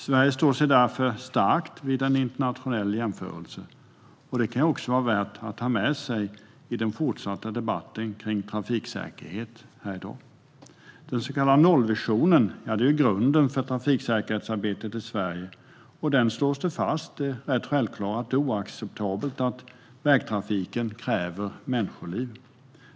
Sverige står därför starkt vid en internationell jämförelse. Det kan vara värt att ha med sig i den fortsatta debatten om trafiksäkerhet här i dag. Den så kallade nollvisionen är grunden för trafiksäkerhetsarbetet i Sverige. I den slås det rätt självklara fast att det är oacceptabelt att vägtrafiken kräver människoliv.